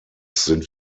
sind